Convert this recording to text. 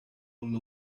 all